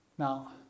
Now